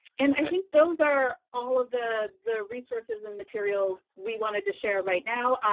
and i think those are all of the the resources and materials we wanted to share right now,